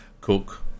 Cook